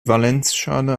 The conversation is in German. valenzschale